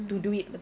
mm